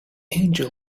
angel